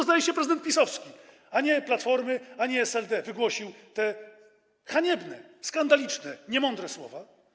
Zdaje się prezydent PiS-owski, a nie z Platformy ani z SLD, wygłosił te haniebne, skandaliczne, niemądre słowa.